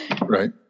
right